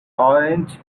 orange